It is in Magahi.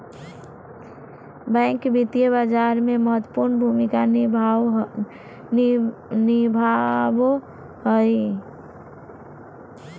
बैंक वित्तीय बाजार में महत्वपूर्ण भूमिका निभाबो हइ